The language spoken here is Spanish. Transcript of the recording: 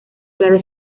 claro